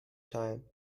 time